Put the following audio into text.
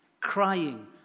crying